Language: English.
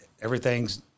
everything's